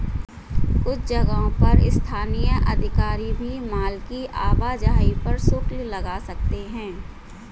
कुछ जगहों पर स्थानीय अधिकारी भी माल की आवाजाही पर शुल्क लगा सकते हैं